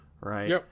right